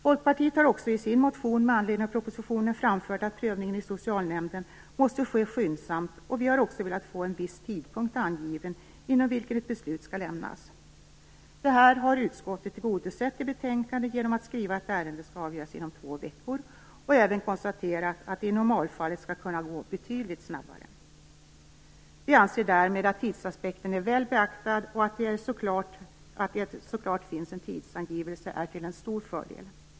Folkpartiet har också i sin motion med anledning av propositionen framfört att prövningen i socialnämnden måste ske skyndsamt, och vi har också velat få en viss tidpunkt angiven inom vilken ett beslut skall lämnas. Detta har utskottet tillgodosett i betänkandet genom att skriva att ärendet skall avgöras inom två veckor, och man har även konstaterat att det i normalfallet skall kunna gå betydligt snabbare. Vi anser därmed att tidsaspekten är väl beaktad och att det är till stor fördel att det finns en så klar tidsangivelse.